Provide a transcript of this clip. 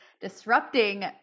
disrupting